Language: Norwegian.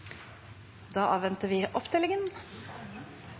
da har vi